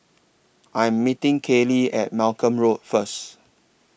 I Am meeting Caylee At Malcolm Road First